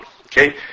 Okay